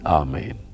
amen